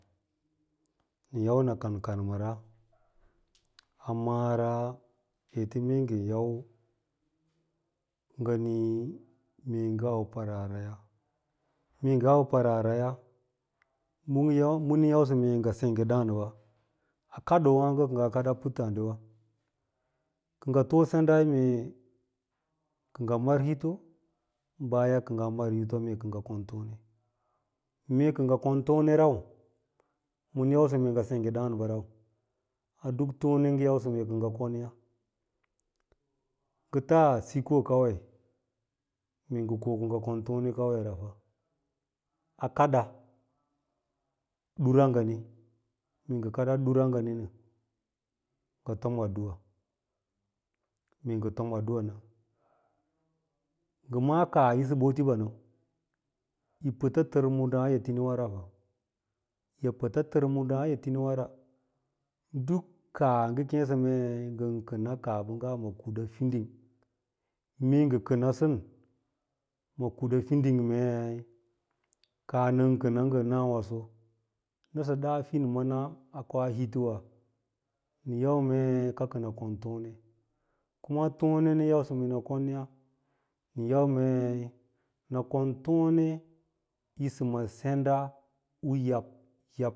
Nɚn yau nɚ kan kanmɚra a mara ete mee ngɚn yau ngɚ nii mee ngɚ au paraaraya, mee ngɚ au paraaraya bɚn yausɚ mee ngɚ sengge ɗàànba kadoowààgo kɚ ngaa kadaa putààdiwawa, kɚ ngɚ too mee kɚ ngɚ mar hito bayan kɚ ngɚn mar hitowa mee kɚ ngɚ kon tone mee kɚ ngɚ kon tone rau bɚ yau sɚ mee ngɚ sengge dàànba rau a duk tone u ngɚ yausɚ mee kɚ ngɚ kon yà, ngɚ taa sikoo kawai mee ngɚ ko ko ngɚ kon tone kawai ra a kada duraa ngani, mee ngɚ kadaa ɗura nganinɚ ngɚ tom addu’a, mee ngɚ tom addu’a nɚ ngɚ ma’à kaah yisɚ ɓotiɓa nll yi pɚts tɚr mudàà a eteniwàra yi pɚts tɚr muɗàà a eteniwara duk kaa ngɚ kêêsɚ mee ngɚn kɚna a kaah ɓɚngga ma kuda fiding mee ngɚ kɚna sɚn ma kuda fiding ma kaah nɚn kɚna’ngɚ nawaso nɚsɚ ɗa fin maana hit wànɚwa nɚn yau mei kam kɚnɚ kon tone kuma tone u-nɚn yausɚ mee kɚkɚ kon yà, nɚn yau mey nɚ kon tone yi tom ma senda yab yab ya.